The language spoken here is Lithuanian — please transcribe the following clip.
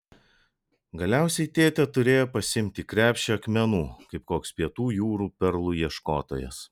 galiausiai tėtė turėjo pasiimti krepšį akmenų kaip koks pietų jūrų perlų ieškotojas